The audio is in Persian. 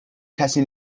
کسی